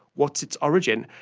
what's its origin?